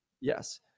Yes